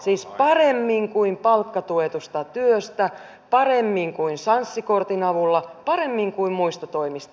siis paremmin kuin palkkatuetusta työstä paremmin kuin sanssi kortin avulla paremmin kuin muista toimista